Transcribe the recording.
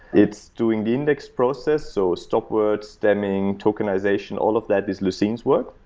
it's doing the index process so stop words, stemming, tokenization, all of that is lucene's work.